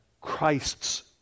Christ's